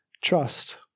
Trust